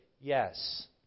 Yes